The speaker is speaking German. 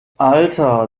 alter